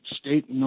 state